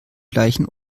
gleichen